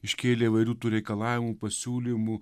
iškėlė įvairių tų reikalavimų pasiūlymų